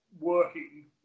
working